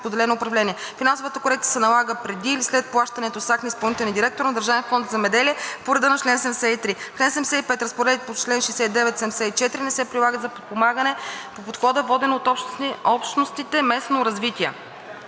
споделено управление. Финансовата корекция се налага преди или след плащане с акт на изпълнителния директор на Държавен фонд „Земеделие“ по реда на чл. 73. Чл. 75. Разпоредбите на чл. 69 – 74 не се прилагат за подпомагането по подхода „Водено от общностите местно развитие“.